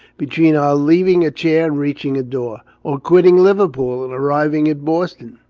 between our leaving a chair and reaching a door, or quitting liverpool and arriving at boston.